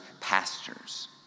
pastors